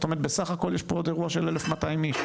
זאת אומרת יש לנו פה אירוע של 1,200 איש,